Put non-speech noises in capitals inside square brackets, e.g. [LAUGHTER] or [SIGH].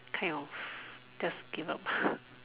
kind of just give up [BREATH]